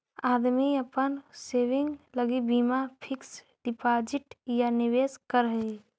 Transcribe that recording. आदमी अपन सेविंग लगी बीमा फिक्स डिपाजिट या निवेश करऽ हई